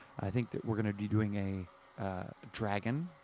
i think that we're gonna be doing a dragon,